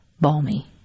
balmy